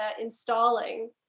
installing